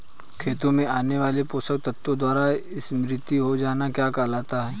खेतों में आने वाले पोषक तत्वों द्वारा समृद्धि हो जाना क्या कहलाता है?